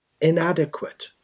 inadequate